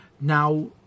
Now